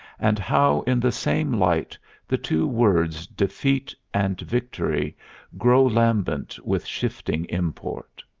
and how in the same light the two words defeat and victory grow lambent with shifting import!